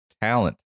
talent